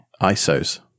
ISOs